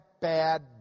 bad